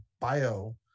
bio